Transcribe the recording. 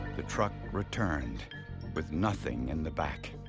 the truck returned with nothing in the back.